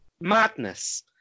madness